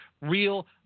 real